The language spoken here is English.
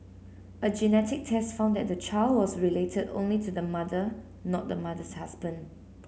a genetic test found that the child was related only to the mother not the mother's husband